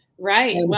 Right